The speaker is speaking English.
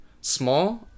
Small